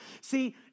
See